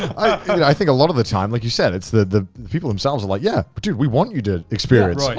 i think a lot of the time, like you said, it's the people themselves are like, yeah, but dude we want you to experience like